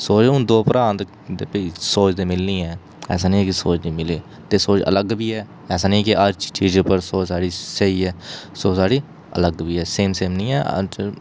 सोच हून दो भ्राऽ न ते भी सोच ते मिलनी गै ऐसा निं ऐ कि सोच निं मिलै ते सोच अलग बी ऐ ऐसा निं ऐ कि हर चीज़ पर सोच साढ़ी स्हेई ऐ सोच साढ़ी अलग बी ऐ सेम सेम निं ऐ